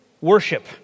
worship